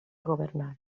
governar